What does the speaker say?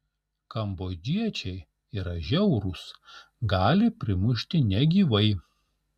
kambodžiečiai yra žiaurūs gali primušti negyvai